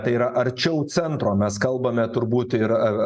tai yra arčiau centro mes kalbame turbūt ir ar